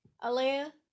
Alea